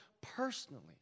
personally